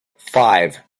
five